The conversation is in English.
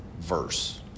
verse